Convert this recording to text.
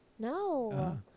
No